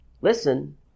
listen